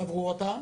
צברו אותם